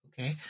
Okay